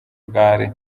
bwari